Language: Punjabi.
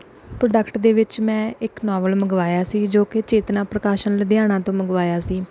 ਪ੍ਰੋਡਕਟ ਦੇ ਵਿੱਚ ਮੈਂ ਇੱਕ ਨਾਵਲ ਮੰਗਵਾਇਆ ਸੀ ਜੋ ਕਿ ਚੇਤਨਾ ਪ੍ਰਕਾਸ਼ਨ ਲੁਧਿਆਣਾ ਤੋਂ ਮੰਗਵਾਇਆ ਸੀ